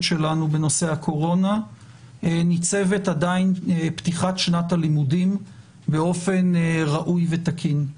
שלנו בנושא הקורונה ניצבת עדיין פתיחת שנת הלימודים באופן ראוי ותקין.